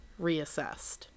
reassessed